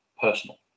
personal